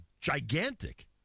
gigantic